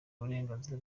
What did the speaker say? uburenganzira